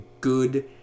good